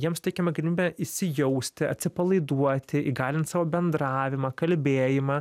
jiem suteikiama galimybė įsijausti atsipalaiduoti įgalint savo bendravimą kalbėjimą